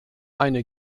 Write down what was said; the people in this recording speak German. eine